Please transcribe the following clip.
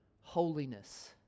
holiness